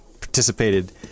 participated